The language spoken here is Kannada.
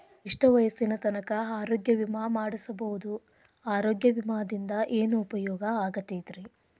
ಎಷ್ಟ ವಯಸ್ಸಿನ ತನಕ ಆರೋಗ್ಯ ವಿಮಾ ಮಾಡಸಬಹುದು ಆರೋಗ್ಯ ವಿಮಾದಿಂದ ಏನು ಉಪಯೋಗ ಆಗತೈತ್ರಿ?